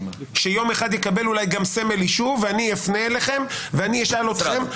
שיום אחד יקבל אולי גם סמל יישוב ואני אפנה אליכם ואני אשאל אתכם.